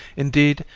indeed,